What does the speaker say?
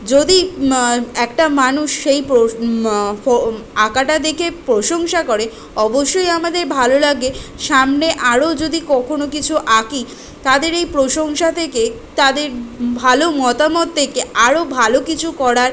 যদি মা একটা মানুষ সেই প্রোশ ফ আঁকাটা দেখে প্রশংসা করে অবশ্যই আমাদের ভালো লাগে সামনে আরও যদি কখনো কিছু আঁকি তাদের এই প্রশংসা থেকে তাদের ভালো মতামত থেকে আরও ভালো কিছু করার